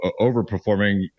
overperforming